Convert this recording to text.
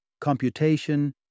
computation